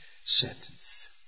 sentence